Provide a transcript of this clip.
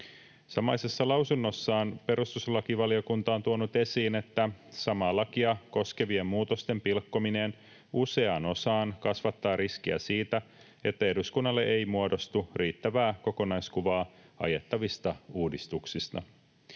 Samaisessa lausunnossaan perustuslakivaliokunta on tuonut esiin, että samaa lakia koskevien muutosten pilkkominen useaan osaan kasvattaa riskiä siitä, että eduskunnalle ei muodostu riittävää kokonaiskuvaa ajettavista uudistuksista.